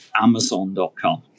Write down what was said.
Amazon.com